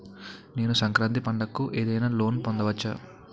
నేను సంక్రాంతి పండగ కు ఏదైనా లోన్ పొందవచ్చా?